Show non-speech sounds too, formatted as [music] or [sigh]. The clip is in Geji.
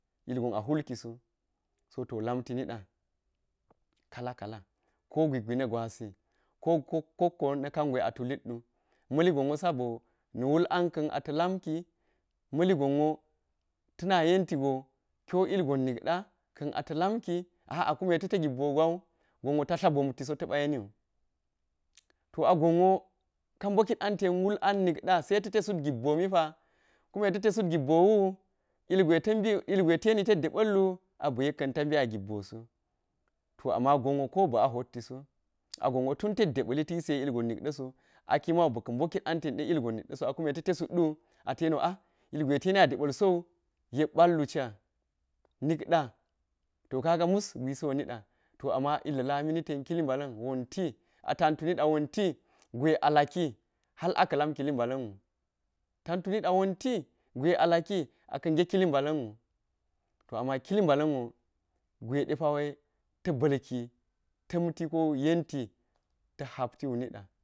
Ilgon a hulkiso, so tu lamti niɗa, ka̱la̱ ka̱la̱ ko gwaigwai na̱ gwasi, kokko na̱ ka̱ngwa̱i a tulit wu, ma̱li gonwo sabo na wul an ka̱n ata̱ lamki ma̱li gonwo ta̱na̱ yentigo kiyo ilgon nikɗa ka̱n ata̱ lamki, a'a, kune tate gibbo gwa̱wu ta̱ dla bomtiso ta̱ba̱ yeniu, [noise] to a gonwo ta̱ bokik an ten wul an tikɗa saita̱ tesut gibbo mipa̱ kume ta̱ te sut gibbo wu ilgwai ta̱ bi, ilgwai ta̱ yeni tet ɗeba̱llu abi yekkan ta̱ yeni a gibboso to amma gonwo ko bi a hottiso [noise] a gonwo tuntes deba̱lli tayise ilgon nikɗaso. Kimau abi ka̱ bokit an tetɗe ilgon nikɗe so akume ata̱ tesutwu ata̱ yeniwu a ilgwai ta yeni a ɗeba̱lso yek ba̱llucha nikcha to ka̱ga̱ mus gwisiu niɗa, to amm nla lami ni ten kili balan wonti ata̱ntu niɗa wonti gwai a laki har aka̱ lamla balanwo, ta̱ntu nida wonti, gwai a lak aka ge kili balanwu, to amma kili balanwo gwa̱iɗepa̱wa̱i ta̱ ba̱lki tamti ko yenti tak haptiu niɗa̱.